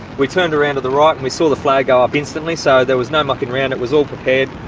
we turned around to the right and we saw the flag go up instantly so there was no mucking around, it was all prepared.